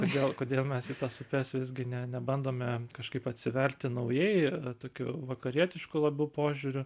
kodėl kodėl mes į tas upes visgi ne nebandome kažkaip atsiverti naujai tokiu vakarietišku labiau požiūriu